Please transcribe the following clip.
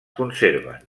conserven